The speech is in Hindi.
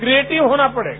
क्रिएटिव होना पड़ेगा